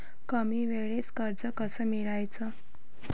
कमी वेळचं कर्ज कस मिळवाचं?